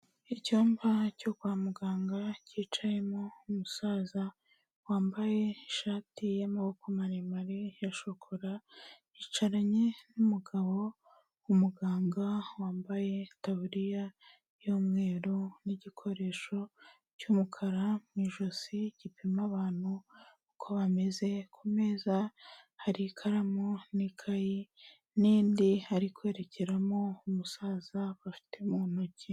Icyumba cyo kwa muganga cyicayemo umusaza wambaye ishati y'amaboko maremare ya shokora, yicaranye n'umugabo w'umuganga wambaye itaburiya y'umweru n'igikoresho cy'umukara mu ijosi gipima abantu uko bameze, kumeza hari ikaramu n'ikayi n'indi ari kwerekeramo umusaza bafite mu ntoki.